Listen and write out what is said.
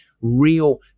real